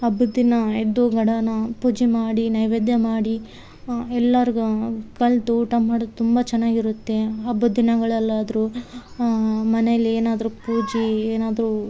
ಹಬ್ಬದ್ ದಿನ ಎದ್ದು ಗಡನಾ ಪೂಜೆ ಮಾಡಿ ನೈವೇದ್ಯ ಮಾಡಿ ಎಲ್ಲರಿಗು ಕಲೆತು ಊಟ ಮಾಡೋದ್ ತುಂಬ ಚೆನ್ನಾಗಿರುತ್ತೆ ಹಬ್ಬದ ದಿನಗಳಲ್ಲಾದರು ಮನೆಯಲ್ಲಿ ಏನಾದರು ಪೂಜೆ ಏನಾದರು